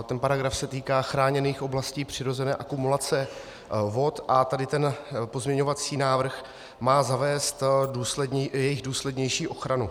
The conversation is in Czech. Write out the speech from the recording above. Ten paragraf se týká chráněných oblastí přirozené akumulace vod a tento pozměňovací návrh má zavést i jejich důslednější ochranu.